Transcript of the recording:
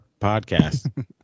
podcast